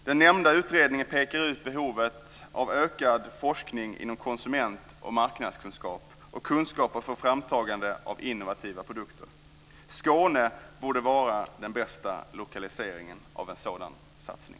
Den nämnda utredningen pekar ut behovet av ökad forskning inom konsument och marknadskunskap och kunskaper för framtagande av innovativa produkter. Skåne borde vara den bästa lokaliseringen av en sådan satsning.